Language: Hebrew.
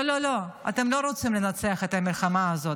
לא, לא, לא, אתם לא רוצים לנצח את המלחמה הזו.